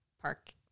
park